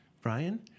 Brian